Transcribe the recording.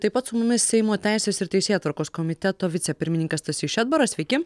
taip pat su mumis seimo teisės ir teisėtvarkos komiteto vicepirmininkas stasys šedbaras sveiki